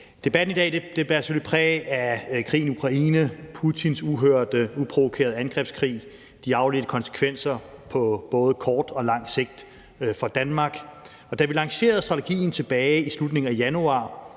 Debatten i dag bærer selvfølgelig præg af krigen i Ukraine, Putins uhørte og uprovokerede angrebskrig, og de afledte konsekvenser på både kort og lang sigt for Danmark. Da vi lancerede strategien tilbage i slutningen af januar,